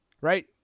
Right